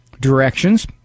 directions